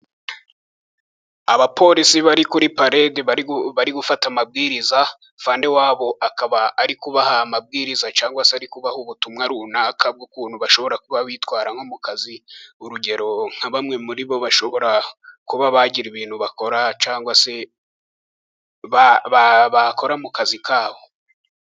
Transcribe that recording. Abapolisi bari kuri paredi bari gufata amabwiriza. Afande wabo akaba ari kubaha amabwiriza, cyangwa se ari kubaha ubutumwa runaka bw'ukuntu bashobora kuba bitwara mu kazi. Urugero: nka bamwe muri bo bashobora kuba bagira ibintu bakora cyangwa se bakora mu kazi kabo